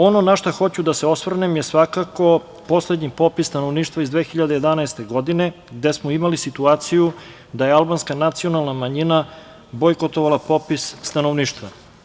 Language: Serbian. Ono na šta hoću da se osvrnem jeste poslednji popis stanovništva iz 2011. godine gde smo imali situaciju da je albanska nacionalna manjina bojkotovala popis stanovništva.